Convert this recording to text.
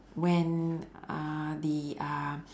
when uh the uh